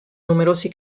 numerosi